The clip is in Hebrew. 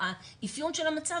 האפיון של המצב,